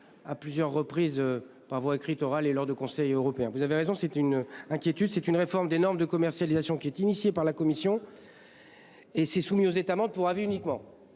à plusieurs reprises par voie écrite et orale, et lors de conseils européens. Vous avez raison, l'inquiétude règne quant à la réforme des normes de commercialisation qui a été lancée par la Commission européenne et soumise aux États membres, pour avis uniquement.